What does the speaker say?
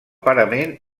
parament